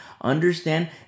Understand